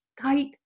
tight